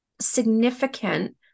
significant